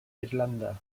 irlanda